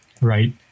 right